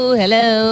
hello